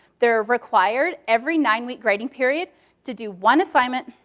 they're required every nine week grading period to do one assignment,